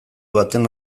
baten